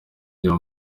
byo